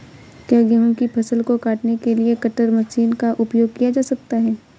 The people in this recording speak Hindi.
क्या गेहूँ की फसल को काटने के लिए कटर मशीन का उपयोग किया जा सकता है?